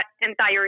entire